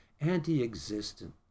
anti-existent